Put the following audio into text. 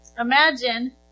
Imagine